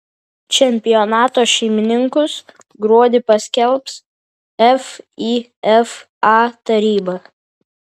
čempionato šeimininkus gruodį paskelbs fifa taryba